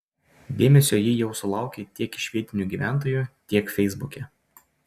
dėmesio ji jau sulaukė tiek iš vietinių gyventojų tiek feisbuke